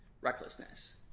recklessness